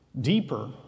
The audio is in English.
deeper